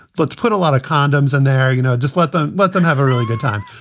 let's put a lot of condoms in there. you know, just let them let them have a really good time.